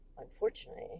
Unfortunately